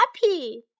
happy